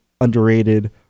underrated